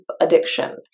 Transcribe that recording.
addiction